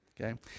okay